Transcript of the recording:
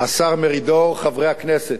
השר מרידור, חברי הכנסת,